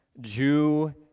Jew